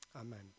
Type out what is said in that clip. Amen